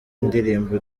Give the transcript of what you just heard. indirimbo